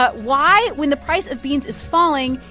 but why, when the price of beans is falling,